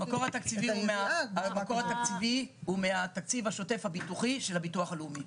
הוא מהתקציב השוטף הביטוחי של הביטוח הלאומי.